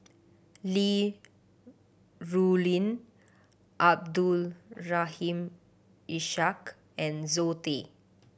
Li Rulin Abdul Rahim Ishak and Zoe Tay